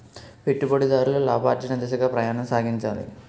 పెట్టుబడిదారులు లాభార్జన దిశగా ప్రయాణం సాగించాలి